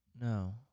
No